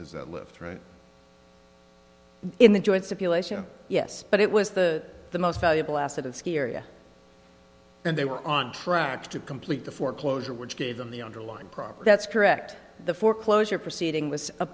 is that lived through in the joints yes but it was the the most valuable asset of ski area and they were on track to complete the foreclosure which gave them the underlying problem that's correct the foreclosure proceeding was a